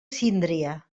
síndria